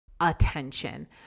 attention